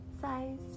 size